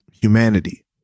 humanity